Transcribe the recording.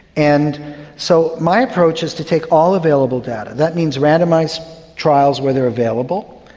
and so my approach is to take all available data, that means randomised trials where they are available,